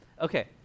okay